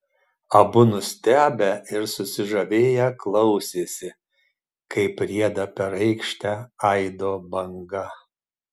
abu nustebę ir susižavėję klausėsi kaip rieda per aikštę aido banga